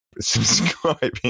subscribing